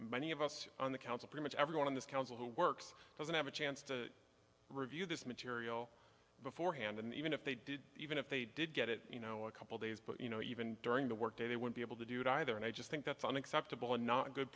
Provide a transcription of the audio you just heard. many of us on the council pretty much everyone on this council who works doesn't have a chance to review this material beforehand and even if they did even if they did get it you know a couple days but you know even during the workday they won't be able to do it either and i just think that's unacceptable and not a good